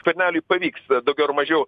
skverneliui pavyks daugiau ar mažiau